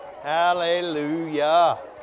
Hallelujah